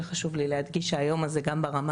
וחשוב לי להדגיש שהיום הזה גם ברמה